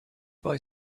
buy